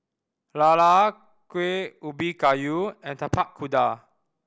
lala Kueh Ubi Kayu and Tapak Kuda